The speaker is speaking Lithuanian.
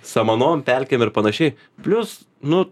samanom pelkėm ir panašiai plius nu